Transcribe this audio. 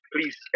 please